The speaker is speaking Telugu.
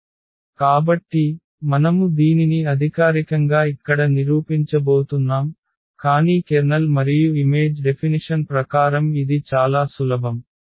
కాబట్టి మనము దీనిని అధికారికంగా ఇక్కడ నిరూపించబోతున్నాం కానీ కెర్నల్ మరియు ఇమేజ్ డెఫినిషన్ ప్రకారం ఇది చాలా సులభం